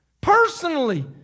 personally